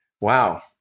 Wow